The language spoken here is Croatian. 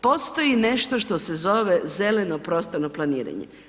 Postoji nešto što se zove zeleno prostorno planiranje.